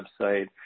website